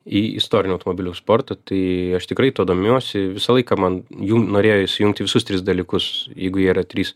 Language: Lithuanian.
į istorinių automobilių sportu tai aš tikrai tuo domiuosi visą laiką man jų norėjo įsijungt į visus tris dalykus jeigu jie yra trys